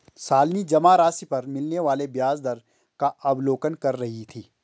शालिनी जमा राशि पर मिलने वाले ब्याज दर का अवलोकन कर रही थी